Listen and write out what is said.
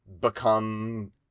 become